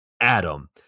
Adam